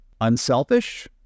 unselfish